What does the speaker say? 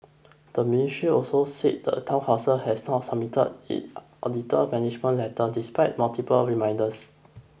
the ministry also said the Town Council has not submitted its auditor management letter despite multiple reminders